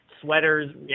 sweaters